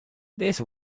this